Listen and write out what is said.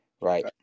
Right